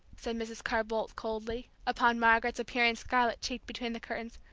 said mrs. carr-boldt, coldly, upon margaret's appearing scarlet-cheeked between the curtains,